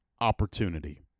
opportunity